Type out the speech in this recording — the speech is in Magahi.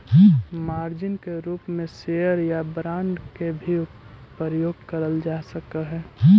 मार्जिन के रूप में शेयर या बांड के भी प्रयोग करल जा सकऽ हई